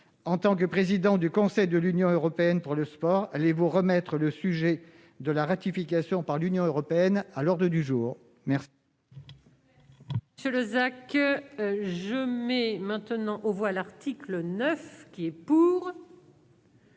En tant que présidente du Conseil de l'Union européenne pour le sport, allez-vous remettre le sujet de la ratification par l'Union européenne à l'ordre du jour ? Je